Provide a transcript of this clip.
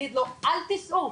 תגידו לו: אל תיסעו.